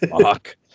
Fuck